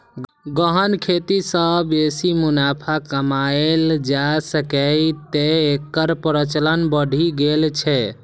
गहन खेती सं बेसी मुनाफा कमाएल जा सकैए, तें एकर प्रचलन बढ़ि गेल छै